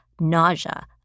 nausea